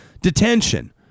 detention